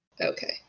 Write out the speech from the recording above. Okay